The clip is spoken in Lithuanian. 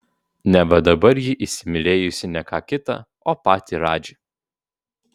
neva dabar ji įsimylėjusi ne ką kitą o patį radžį